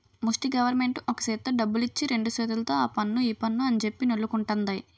ముస్టి గవరమెంటు ఒక సేత్తో డబ్బులిచ్చి రెండు సేతుల్తో ఆపన్ను ఈపన్ను అంజెప్పి నొల్లుకుంటంది